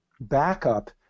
backup